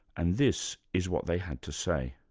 and this is what they had to say.